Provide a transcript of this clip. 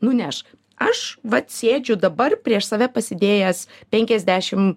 nuneš aš vat sėdžiu dabar prieš save pasidėjęs penkiasdešim